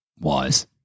wise